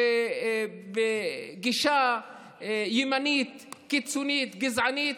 שבגישה ימנית, קיצונית, גזענית,